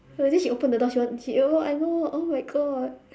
I think she open the door she want oh !aiyo! oh my god